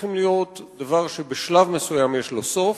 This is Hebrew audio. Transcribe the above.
צריכים להיות דבר שבשלב מסוים יש לו סוף.